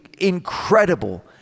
Incredible